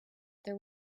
there